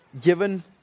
given